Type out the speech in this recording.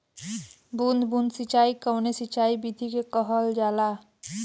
बूंद बूंद सिंचाई कवने सिंचाई विधि के कहल जाला?